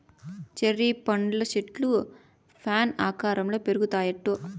cherry పండ్ల చెట్లు fan ఆకారంల పెరుగుతాయిట